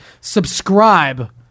Subscribe